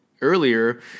earlier